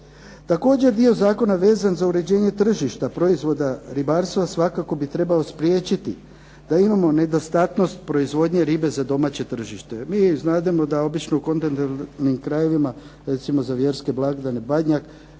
Također dio zakona vezan za uređenje tržišta proizvoda ribarstva svakako bi trebao spriječiti da imamo nedostatnost proizvodnje ribe za domaće tržište. Mi znademo da obično u kontinentalnim krajevima za vjerske blagdane, Badnjak,